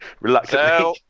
reluctantly